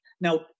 Now